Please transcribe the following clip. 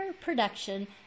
production